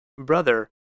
brother